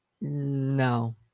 No